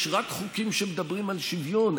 יש רק חוקים שמדברים על שוויון,